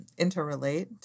interrelate